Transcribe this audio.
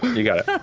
you got it.